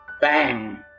Bang